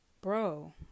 bro